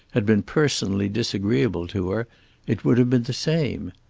had been personally disagreeable to her it would have been the same.